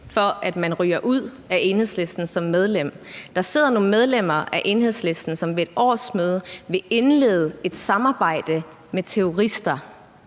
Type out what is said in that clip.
for at man ryger ud af Enhedslisten som medlem. Der sidder nogle medlemmer af Enhedslisten, som ved et årsmøde vil indlede et samarbejde med terrorister.